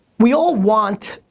we all want,